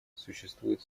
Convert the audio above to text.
существует